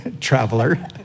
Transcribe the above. traveler